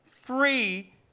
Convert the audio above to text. free